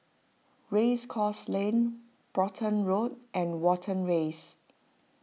Race Course Lane Brompton Road and Watten